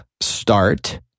start